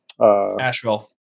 Asheville